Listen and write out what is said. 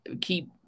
keep